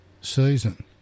season